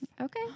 Okay